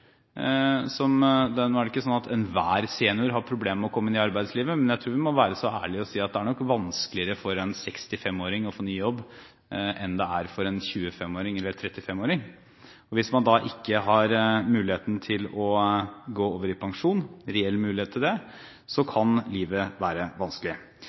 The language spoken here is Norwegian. det ikke slik at enhver senior har problemer med å komme inn i arbeidslivet, men jeg tror vi må være så ærlige å si at det nok er vanskeligere for en 65-åring å få ny jobb enn det er for en 25-åring eller en 35-åring, og hvis man da ikke har muligheten til å gå over i pensjon – reell mulighet til det – kan livet være vanskelig.